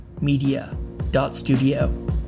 media.studio